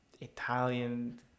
Italian